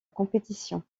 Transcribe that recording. compétition